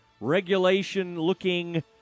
regulation-looking